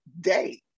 day